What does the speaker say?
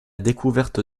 découverte